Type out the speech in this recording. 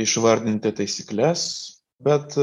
išvardinti taisykles bet